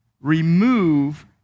remove